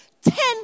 ten